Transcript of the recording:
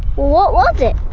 what was it?